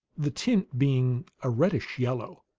the tint being a reddish yellow.